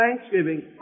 thanksgiving